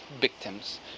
victims